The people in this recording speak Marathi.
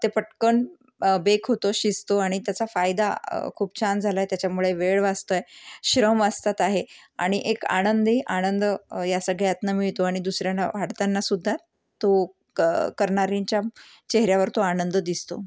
ते पटकन बेक होतो शिजतो आणि त्याचा फायदा खूप छान झाला आहे त्याच्यामुळे वेळ वाचतोय श्रम वाचतात आहे आणि एक आनंदी आनंद या सगळ्यातून मिळतो आणि दुसऱ्यांना वाढताना सुद्धा तो क करणाऱ्यांच्या चेहऱ्यावर तो आनंद दिसतो